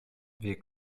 wir